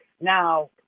Now